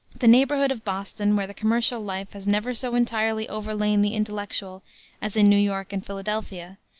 the neighborhood of boston, where the commercial life has never so entirely overlain the intellectual as in new york and philadelphia,